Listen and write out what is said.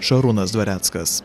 šarūnas dvareckas